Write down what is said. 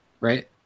right